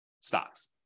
stocks